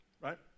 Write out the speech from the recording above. Right